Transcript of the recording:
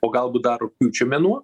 o galbūt dar rugpjūčio mėnuo